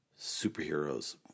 superheroes